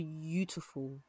beautiful